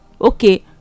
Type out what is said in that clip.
okay